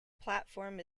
platform